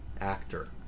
actor